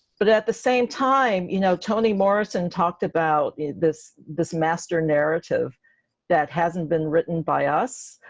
but at the same time you know toni morrison talked about this this master narrative that hasn't been written by us,